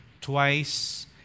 Twice